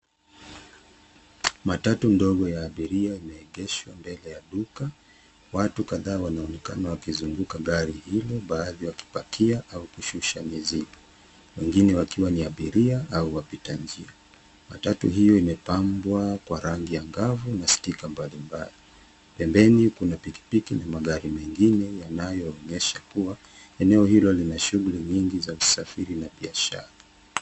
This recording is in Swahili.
Matatu ndogo ya abiria ime egeshwa mbele ya duka, watu kadhaa wanaonekana wakizunguka gari hilo baadhi waki pakia au kushusha mizigo wengine wakiwa ni abiria au wapita njia. Matatu hiyo ime pambwa kwa rangi ya ngavu na stika mbalimbali. Pembeni kuna pikipiki na magari mengine yanayo onyesha kuwa eneo hilo lina shughuli nyingi za usafiri na biashara.